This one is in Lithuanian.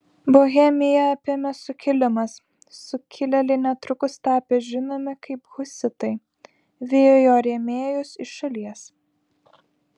bohemiją apėmė sukilimas sukilėliai netrukus tapę žinomi kaip husitai vijo jo rėmėjus iš šalies